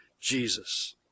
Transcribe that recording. Jesus